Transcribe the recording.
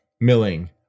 milling